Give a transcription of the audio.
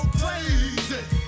crazy